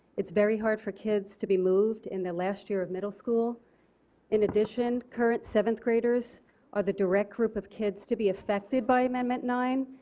very hard for kids to be moved in their last year of middle school in addition current seventh graders are the direct group of kids to be affected by amendment nine.